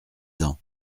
ans